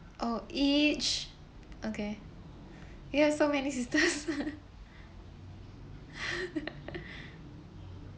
oh each okay you have so many sisters